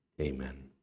amen